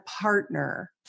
partner